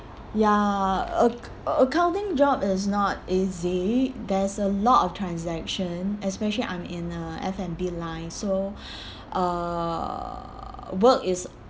ya acc~ accounting job is not easy there's a lot of transaction especially I'm in uh F and B line so uh work is